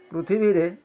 ପୃଥିବୀରେ